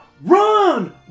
run